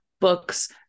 books